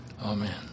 Amen